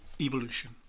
Evolution